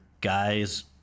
guys